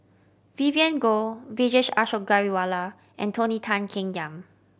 Vivien Goh Vijesh Ashok Ghariwala and Tony Tan Keng Yam